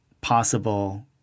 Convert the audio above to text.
possible